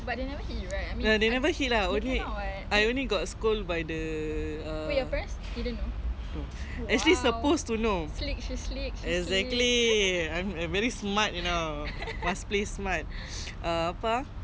no they never hit lah only I only got scold by the err don't know actually supposed to know exactly I'm very smart you know must play smart err